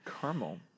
Caramel